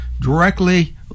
directly